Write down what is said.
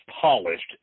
polished